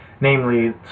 Namely